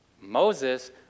Moses